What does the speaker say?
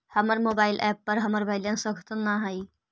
हमर mobile app पर हमर बैलेंस अद्यतन ना हई